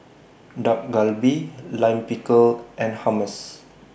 Dak Galbi Lime Pickle and Hummus